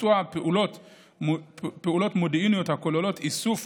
ביצוע פעולות מודיעיניות הכוללות איסוף,